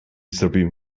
zrobił